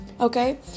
okay